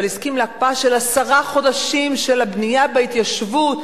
אבל הסכים להקפאה של עשרה חודשים של הבנייה בהתיישבות,